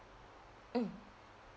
mm